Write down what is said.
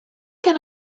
can